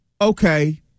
okay